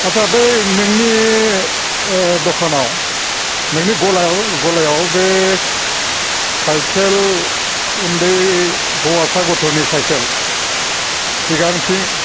आत्सा बै नोंनि दखानाव नोंनि ग'लायाव ग'लायाव बे साइखेल उन्दै हौवासा गथ'नि साइखेल सिगांथिं